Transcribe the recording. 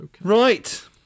Right